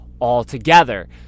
altogether